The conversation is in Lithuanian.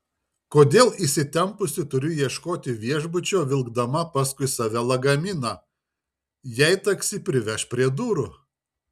kodėl įsitempusi turiu ieškoti viešbučio vilkdama paskui save lagaminą jei taksi priveš prie durų